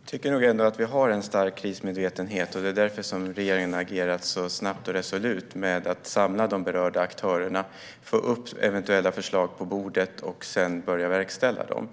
Fru talman! Jag tycker nog ändå att vi har en stark krismedvetenhet, och det är därför regeringen har agerat så snabbt och resolut med att samla de berörda aktörerna, få upp eventuella förslag på bordet och sedan börja verkställa dem.